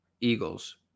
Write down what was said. Eagles